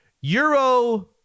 Euro